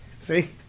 See